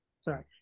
Sorry